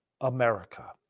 America